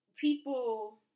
people